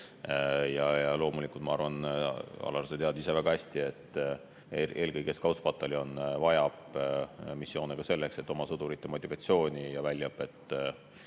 Ja loomulikult ma arvan, Alar, sa tead ise väga hästi, et eelkõige Scoutspataljon vajab missioone ka selleks, et oma sõdurite motivatsiooni suurendada ja